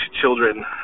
children